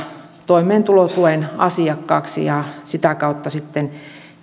toimeentulotuen asiakkaiksi ja sitä kautta sitten